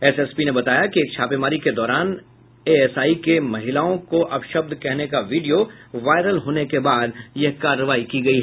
SSP ने बताया कि एक छापेमारी के दौरान एएसआई के महिलाओं को अपशब्द कहने का वीडियो वायरल होने के बाद यह कार्रवाई की गयी